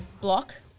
block